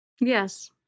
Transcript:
Yes